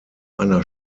einer